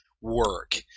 work